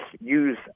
use